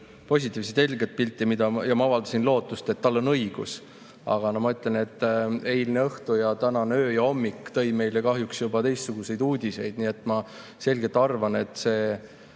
positiivset, helget pilti ja ma avaldasin lootust, et tal on õigus. Aga ma ütlen, et eilne õhtu ning tänane öö ja hommik tõid meile kahjuks juba teistsuguseid uudiseid. Ma selgelt arvan, et